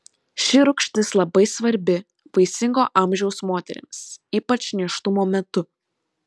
ši rūgštis labai svarbi vaisingo amžiaus moterims ypač nėštumo metu